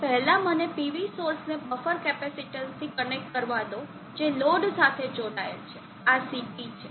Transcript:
તો પહેલા મને PV સોર્સને બફર કેપેસિટેન્સથી કનેક્ટ કરવા દો જે લોડ સાથે જોડાયેલ છે આ CT છે